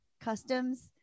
customs